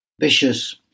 vicious